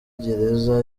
gereza